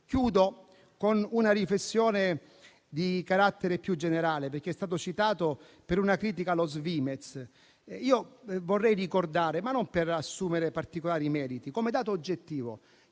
Concludo con una riflessione di carattere più generale. È stato citato, per una critica, lo Svimez. Io vorrei ricordare, non per assumere particolari meriti, ma come dato oggettivo,